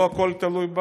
לא הכול תלוי בנו.